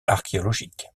archéologique